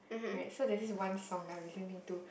right so there's this one song that I'm listening to